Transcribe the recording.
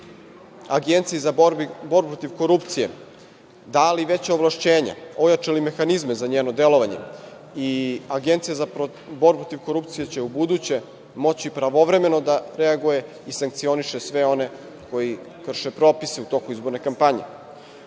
Agenciji za borbu protiv korupcije dali veća ovlašćenja, ojačali mehanizme za njeno delovanje. Agencija za borbu protiv korupcije će u buduće moći pravovremeno da reaguje i sankcioniše sve one koji krše propise u toku izborne kampanje. Takođe,